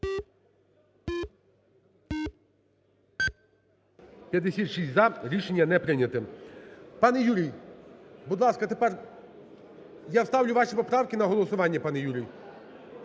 За-56 Рішення не прийняте. Пане Юрій, будь ласка. Тепер я ставлю ваші поправки на голосування, пане Юрію.